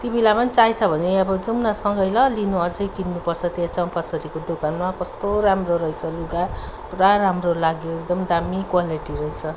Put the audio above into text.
तिमीलाई पनि चाहिन्छ भने अब जाउँ न सँगै ल लिनु अझै किन्नु पर्छ त्यहाँ चम्पासरीको दोकानमा कस्तो राम्रो रहेछ लुगा पुरा राम्रो लाग्यो एकदम दामी क्वालिटी रहेछ